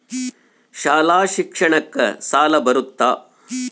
ಶಾಲಾ ಶಿಕ್ಷಣಕ್ಕ ಸಾಲ ಬರುತ್ತಾ?